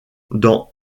dans